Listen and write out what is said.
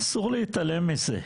אסור להתעלם מזה.